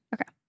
Okay